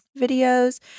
videos